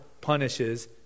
punishes